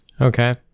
okay